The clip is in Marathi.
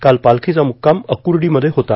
काल पालखीचा मुक्काम अकुर्डीमध्ये होता